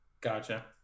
Gotcha